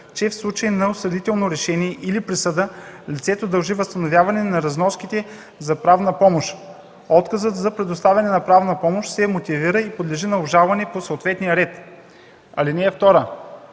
че в случай на осъдително решение или присъда лицето дължи възстановяване на разноските за правна помощ. Отказът за предоставяне на правна помощ се мотивира и подлежи на обжалване по съответния ред. (2) В